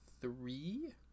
three